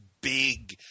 big